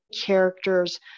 characters